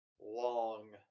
long